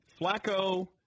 Flacco